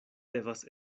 devas